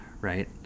right